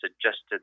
suggested